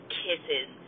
kisses